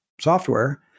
software